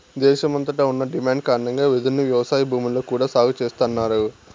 దేశమంతట ఉన్న డిమాండ్ కారణంగా వెదురును వ్యవసాయ భూముల్లో కూడా సాగు చేస్తన్నారు